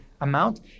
amount